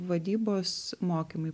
vadybos mokymai